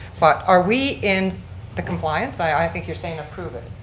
but are we in the compliance. i think you're saying approve it.